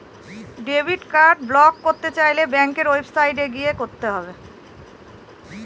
debit card block করতে চাইলে ব্যাঙ্কের ওয়েবসাইটে গিয়ে করতে হবে